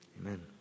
Amen